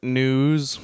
news